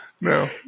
no